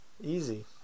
Easy